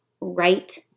right